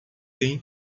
têm